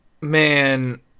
Man